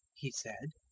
he said,